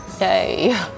yay